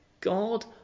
God